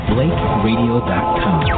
BlakeRadio.com